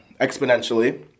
exponentially